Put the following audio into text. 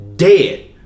Dead